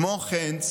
כמו כן,